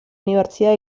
universidad